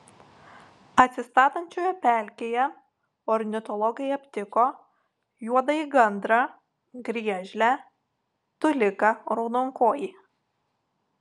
atsistatančioje pelkėje ornitologai aptiko juodąjį gandrą griežlę tuliką raudonkojį